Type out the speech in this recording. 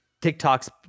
TikTok's